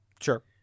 sure